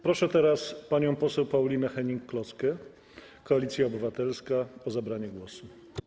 Proszę teraz panią poseł Paulinę Hennig-Kloskę, Koalicja Obywatelska, o zabranie głosu.